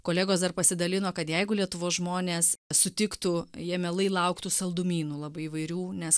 kolegos dar pasidalino kad jeigu lietuvos žmonės sutiktų jie mielai lauktų saldumynų labai įvairių nes